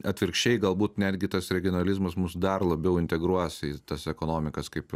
atvirkščiai galbūt netgi tas regionalizmas mus dar labiau integruos į tas ekonomikas kaip